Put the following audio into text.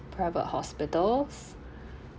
private hospitals